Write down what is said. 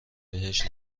بهش